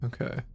Okay